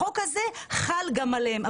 החוק הזה חל גם עליהם.